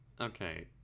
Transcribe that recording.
Okay